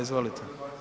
Izvolite.